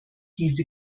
diese